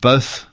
both